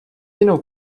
jinou